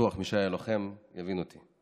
בטוח מי שהיה לוחם, יבין אותי.